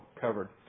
covered